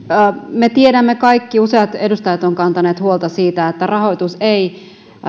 me tiedämme kaikki useat edustajat ovat kantaneet huolta siitä että rahoitus ei